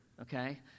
okay